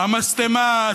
המשטמה,